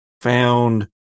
found